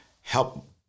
help